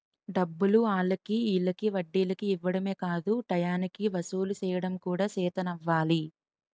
డబ్బులు ఆల్లకి ఈల్లకి వడ్డీలకి ఇవ్వడమే కాదు టయానికి వసూలు సెయ్యడం కూడా సేతనవ్వాలి